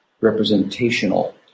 representational